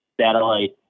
satellite